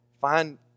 Find